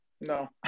No